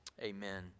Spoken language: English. Amen